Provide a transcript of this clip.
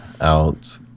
out